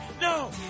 No